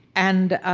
and